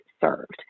served